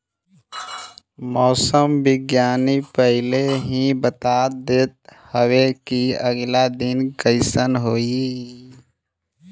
मौसम विज्ञानी पहिले ही बता देत हवे की आगिला दिने कइसन मौसम होई